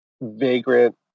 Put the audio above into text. vagrant